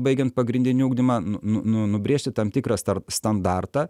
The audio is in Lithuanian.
baigiant pagrindinį ugdymą nu nu nubrėžti tam tikrą star standartą